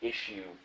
Issue